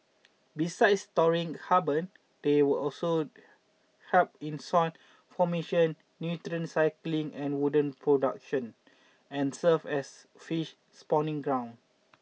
besides storing carbon they were also help in soil formation nutrient cycling and wood production and serve as fish spawning grounds